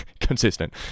consistent